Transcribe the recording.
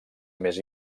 més